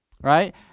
right